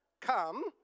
come